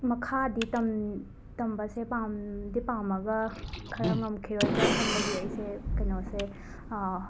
ꯃꯈꯥꯗꯤ ꯇꯝ ꯇꯝꯕꯁꯤ ꯄꯥꯝꯗꯤ ꯄꯥꯝꯃꯒ ꯈꯔ ꯉꯝꯈꯤꯔꯣꯏꯗ꯭ꯔꯥ ꯈꯟꯕꯒꯤ ꯑꯩꯁꯦ ꯀꯩꯅꯣꯁꯦ